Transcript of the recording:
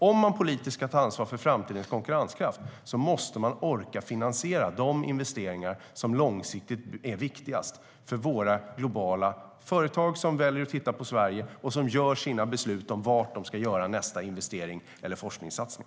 Om man politiskt ska ta ansvar för framtidens konkurrenskraft måste man orka finansiera de investeringar som långsiktigt är viktigast för våra globala företag, som väljer att titta på Sverige och som fattar sina beslut om var de ska göra nästa investering eller forskningssatsning.